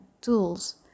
tools